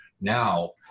now